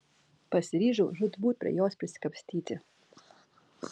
pasiryžau žūtbūt prie jos prisikapstyti